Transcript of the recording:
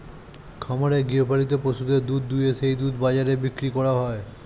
খামারে গৃহপালিত পশুদের দুধ দুইয়ে সেই দুধ বাজারে বিক্রি করা হয়